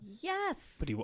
Yes